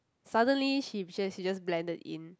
suddenly she she just blended in